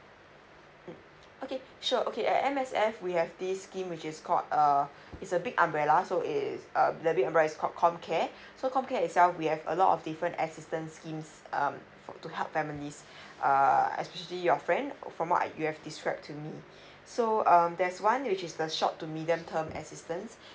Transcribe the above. mm okay sure okay at M_S_F we have this scheme which is called err it's a big umbrella so is um the big umbrella is called com care so com care itself we have a lot of different assistance schemes um for to help families err especially your friend from what I you have described to me so um there's one which is the short to medium term assistance